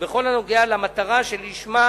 בכל הנוגע למטרה שלשמה